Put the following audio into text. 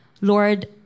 Lord